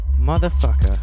Motherfucker